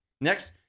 Next